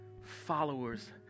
followers